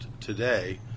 today